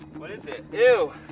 what is it? ew.